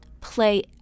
play